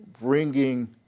bringing